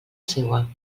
seua